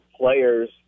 players